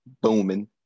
booming